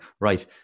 right